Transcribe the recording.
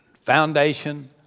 foundation